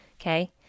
Okay